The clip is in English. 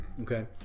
okay